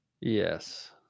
Yes